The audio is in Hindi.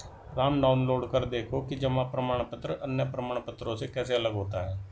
राम डाउनलोड कर देखो कि जमा प्रमाण पत्र अन्य प्रमाण पत्रों से कैसे अलग होता है?